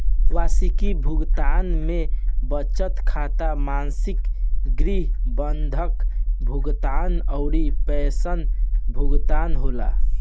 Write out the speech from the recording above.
वार्षिकी भुगतान में बचत खाता, मासिक गृह बंधक भुगतान अउरी पेंशन भुगतान होला